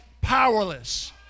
powerless